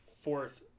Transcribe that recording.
fourth